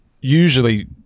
usually